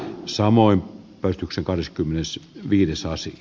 samoin petoksen kahdeskymmenes viivi saisi